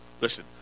listen